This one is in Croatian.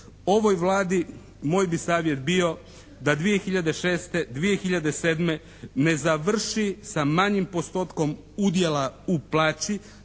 Ovoj Vladi moj bi savjet bio da 2006., 2007. ne završi sa manjim postotkom udjela u plaći